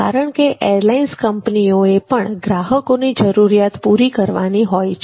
કારણકે એરલાઇન્સ કંપનીઓએ પણ ગ્રાહકોની જરૂરિયાતો પૂરી કરવાની હોય છે